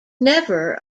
never